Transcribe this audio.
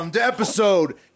episode